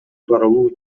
тууралуу